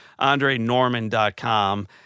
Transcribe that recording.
andrenorman.com